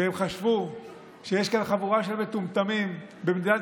שהם חשבו שיש כאן חבורה של מטומטמים במדינת